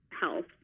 health